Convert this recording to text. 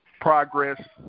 progress